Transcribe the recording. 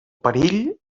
perill